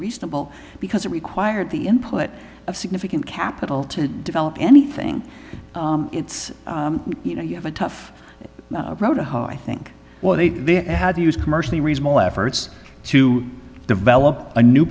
reasonable because it required the input of significant capital to develop anything it's you know you have a tough row to hoe i think what they had to use commercially reasonable efforts to develop a new